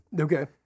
Okay